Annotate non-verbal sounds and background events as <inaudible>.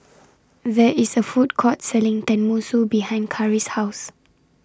<noise> There IS A Food Court Selling Tenmusu behind Carri's House